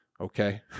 Okay